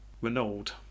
Renault